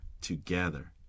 together